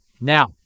now